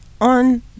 on